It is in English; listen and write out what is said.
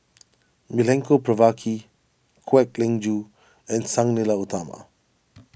Milenko Prvacki Kwek Leng Joo and Sang Nila Utama